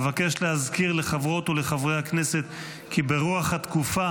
אבקש להזכיר לחברות ולחברי הכנסת כי ברוח התקופה